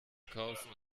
kaufen